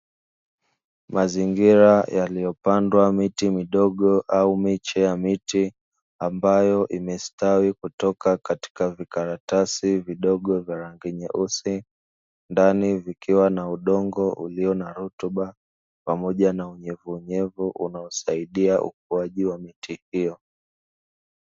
Mazingira yaliyopandwa miti midogo au miche ya miti ambayo imestawi kutoka katika vikaratasi vidogo vya rangi nyeusi, ndani vikiwa na udongo ulio na rutuba pamoja na unyevu unyevu unaosaidia ukuaji wa miti hiyo.